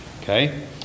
Okay